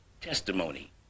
testimony